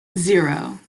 zero